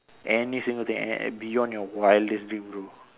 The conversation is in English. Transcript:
any single thing and and beyond your wildest dream bro